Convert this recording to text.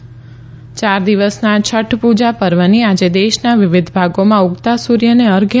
યાર દિવસના છઠ્ઠ પુજા પર્વની આજે દેશના વિવિધ ભાગોમાં ઉગતા સુર્યને અર્ધ્ય